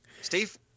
Steve